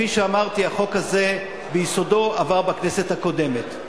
כפי שאמרתי, החוק הזה ביסודו עבר בכנסת הקודמת.